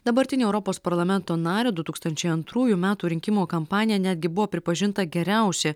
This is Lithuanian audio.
dabartinio europos parlamento nario du tūkstančiai antrųjų metų rinkimų kampanija netgi buvo pripažinta geriausia